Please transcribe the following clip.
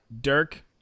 Dirk